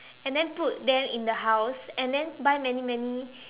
and then put them in the house and then buy many many